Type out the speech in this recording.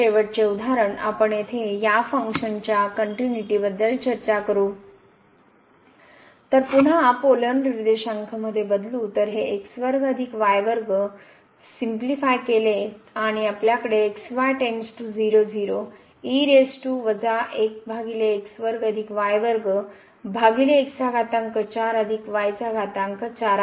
शेवटचे उदाहरण आपण येथे या फंक्शनच्या कनट्युनिबद्दल चर्चा करू तर पुन्हा पोलर निर्देशांक मध्ये बदलू तर हे सुलभ करेल आणि आपल्याकडे आहे